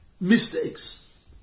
mistakes